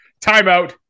Timeout